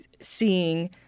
seeing